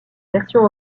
version